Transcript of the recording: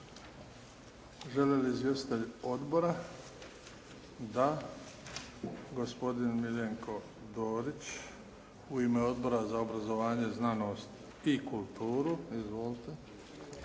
Žele li izvjestitelji odbora? Da. Gospodin Miljenko Dorić u ime Odbora za obrazovanje, znanost i kulturu. Izvolite.